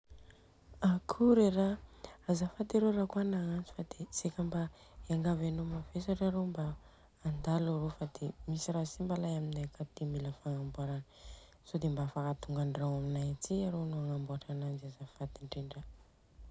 Akory ara. Azafady arô rakôa nagnantso fa de seka iangavy anô mavesatra mba andalo arô fa demisy ra simba alay aminay akato de mila f- fagnamboara. Sao dia mba afaka mandalo andragno aminay aty anô agnambôatra ananjy, azafady indrindra.